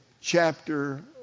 chapter